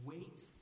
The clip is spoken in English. Wait